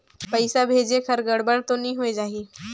पइसा भेजेक हर गड़बड़ तो नि होए जाही?